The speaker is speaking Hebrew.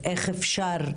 ואיך אפשר,